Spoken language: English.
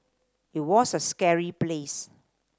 it was a scary place